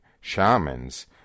shamans